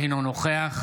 אינו נוכח